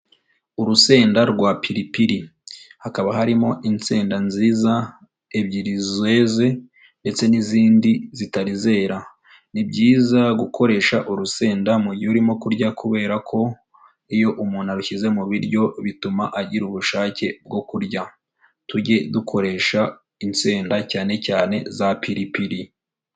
Urusenda rwa piripiri, hakaba harimo insenda nziza ebyiri zeze ndetse n'izindi zitari zera, ni byiza gukoresha urusenda mu gihe urimo kurya kubera ko iyo umuntu arushyize mu biryo bituma agira ubushake bwo kurya. Tujye dukoresha insenda cyane cyane za piripiri.